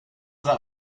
war